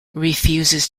refuses